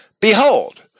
Behold